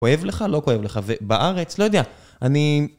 כואב לך? לא כואב לך? ובארץ? לא יודע, אני...